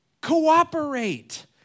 cooperate